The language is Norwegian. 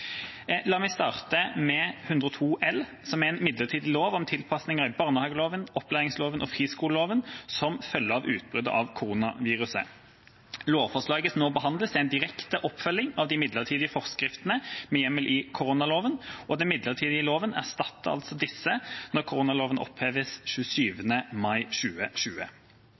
La meg starte med 102 L, som er en midlertidig lov om tilpasninger i barnehageloven, opplæringsloven og friskoleloven som følge av utbruddet av koronaviruset. Lovforslaget som nå behandles, er en direkte oppfølging av de midlertidige forskriftene med hjemmel i koronaloven, og den midlertidige loven erstatter altså disse når koronaloven oppheves 27. mai 2020.